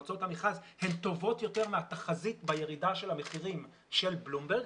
תוצאות המכרז הן טובות יותר מהתחזית בירידה של המחירים של בלומברג,